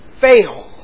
fail